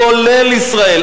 כולל ישראל.